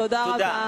תודה.